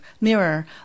mirror